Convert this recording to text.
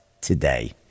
today